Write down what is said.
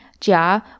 Jia